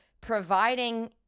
providing